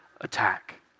attack